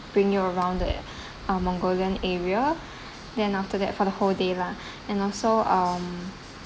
bring your around the ah mongolian area then after that for the whole day lah and also um